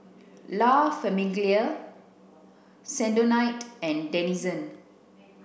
La Famiglia Sensodyne and Denizen